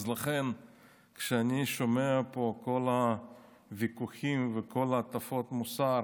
לכן כשאני שומע פה את כל הוויכוחים ואת כל הטפות המוסר